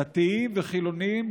דתיים וחילונים,